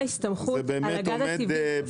זה באמת עומד בסתירה